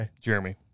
Jeremy